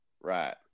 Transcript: Right